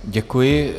Děkuji.